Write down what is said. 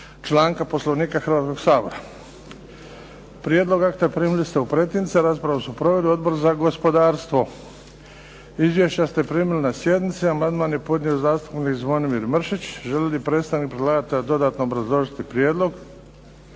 članka Poslovnika Hrvatskog sabora. Prijedlog akta primili ste u pretince. Raspravu su proveli Odbor za gospodarstvo. Izvješća ste primili na sjednici. Amandman je podnio zastupnik Zvonimir Mršić. Želi li predstavnik predlagatelja dodatno obrazložiti prijedlog?